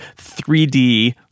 3D